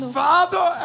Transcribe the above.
father